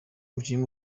umukinnyi